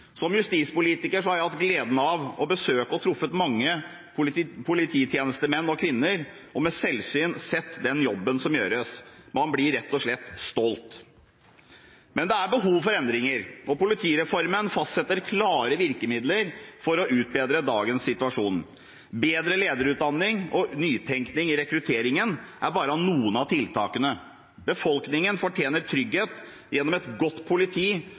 Som justispolitiker har jeg hatt gleden av å besøke og treffe mange polititjenestemenn og -kvinner og med selvsyn sett den jobben som gjøres. Man blir rett og slett stolt. Men det er behov for endringer, og politireformen fastsetter klare virkemidler for å utbedre dagens situasjon: Bedre lederutdanning og nytenkning i rekrutteringen er bare noen av tiltakene. Befolkningen fortjener trygghet gjennom et godt politi,